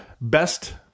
best